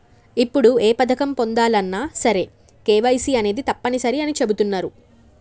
ఇప్పుడు ఏ పథకం పొందాలన్నా సరే కేవైసీ అనేది తప్పనిసరి అని చెబుతున్నరు